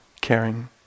caring